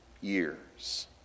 years